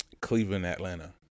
Cleveland-Atlanta